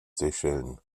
seychellen